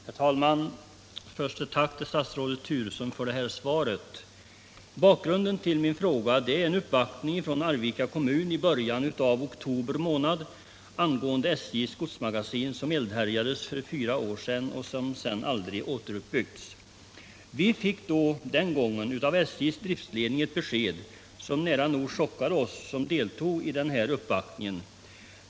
Herr talman! Först ett tack till statsrådet Turesson för svaret. Bakgrunden till min fråga är en uppvaktning från Arvika kommun i början av oktober månad angående SJ:s godsmagasin, som eldhärjades för fyra år sedan och som därefter aldrig återuppbyggts. Vi fick den gången av SJ:s driftledning ett besked, som nära nog chockade oss som deltog i uppvaktningen.